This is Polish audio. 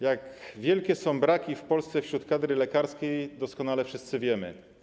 Jak wielkie są braki w Polsce wśród kadry lekarskiej, doskonale wszyscy wiemy.